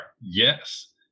Yes